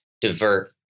divert